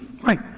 Right